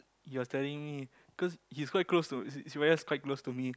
he was telling me cause he's quite close to Sivaya's quite close to me